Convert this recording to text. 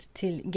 till